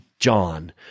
John